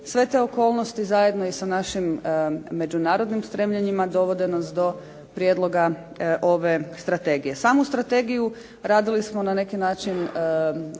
Sve te okolnosti zajedno i sa našim međunarodnim stremljenjima dovode nas do prijedloga ove strategije. Samu strategiju radili smo na neki način